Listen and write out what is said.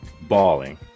balling